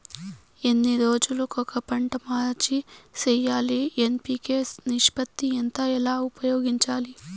ఎన్ని రోజులు కొక పంట మార్చి సేయాలి ఎన్.పి.కె నిష్పత్తి ఎంత ఎలా ఉపయోగించాలి?